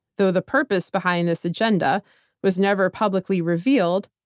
though the purpose behind this agenda was never publicly revealed,